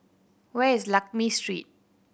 where is Lakme Street